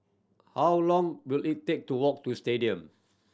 how long will it take to walk to Stadium